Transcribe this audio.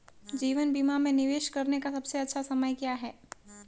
जीवन बीमा में निवेश करने का सबसे अच्छा समय क्या है?